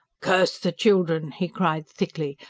curse the children! he cried thickly.